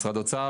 כמשרד האוצר,